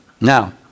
Now